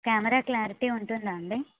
camera clarity ఉంటుందా అండి